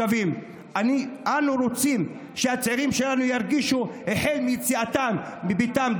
אנו רוצים שהצעירים שלנו ירגישו שווים החל מיציאתם מביתם,